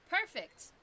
perfect